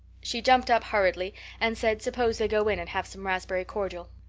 she jumped up hurriedly and said suppose they go in and have some raspberry cordial.